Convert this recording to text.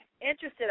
interested